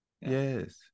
yes